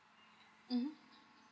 mmhmm